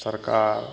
सरकार